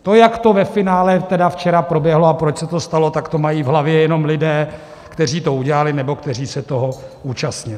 To, jak to ve finále včera proběhlo a proč se to stalo, tak to mají v hlavě jenom lidé, kteří to udělali nebo kteří se toho účastnili.